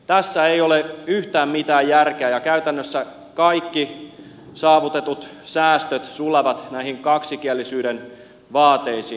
tässä ei ole yhtään mitään järkeä ja käytännössä kaikki saavutetut säästöt sulavat näihin kaksikielisyyden vaateisiin